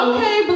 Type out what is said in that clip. Okay